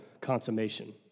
consummation